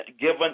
given